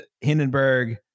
Hindenburg